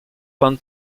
pan